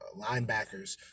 linebackers